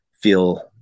feel